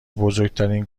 بزرگترین